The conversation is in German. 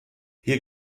hier